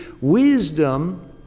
wisdom